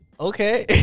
Okay